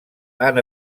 han